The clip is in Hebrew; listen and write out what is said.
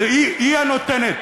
והיא הנותנת.